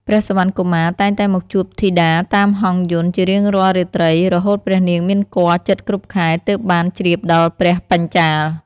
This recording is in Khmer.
ព្រះសុវណ្ណកុមារតែងតែមកជួបធីតាតាមហង្សយន្តជារៀងរាល់រាត្រី រហូតព្រះនាងមានគភ៌ជិតគ្រប់ខែ ទើបបានជ្រាបដល់ព្រះបញ្ចាល៍។